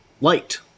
light